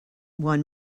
one